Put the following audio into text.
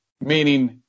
meaning